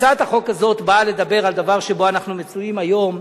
הצעת החוק הזאת באה לדבר על דבר שבו אנחנו מצויים היום.